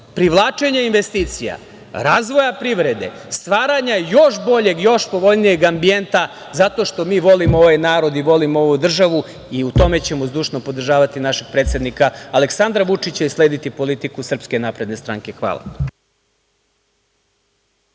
privlačenja investicija, razvoja privrede, stvaranja još boljeg i još povoljnijeg ambijenta, zato što mi volimo ovaj narod i volimo ovu državu i u tome ćemo zdušno podržavati našeg predsednika Aleksandra Vučića i slediti politiku SNS. Hvala.